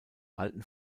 alten